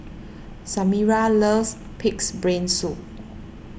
Samira loves Pig's Brain Soup